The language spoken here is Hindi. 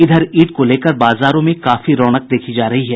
इधर ईद को लेकर बाजारों में काफी रौनक देखी जा रही है